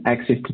access